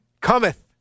cometh